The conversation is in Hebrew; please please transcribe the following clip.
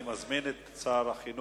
אני מזמין את שר החינוך,